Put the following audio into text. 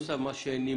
בנוסף למה שנימקנו.